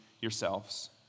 yourselves